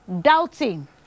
doubting